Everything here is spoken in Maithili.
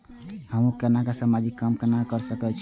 हमू केना समाजिक काम केना कर सके छी?